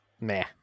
meh